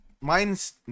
mine's